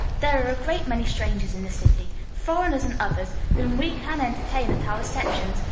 there are a great many strangers in the city, foreigners and others, whom we can entertain at our receptions,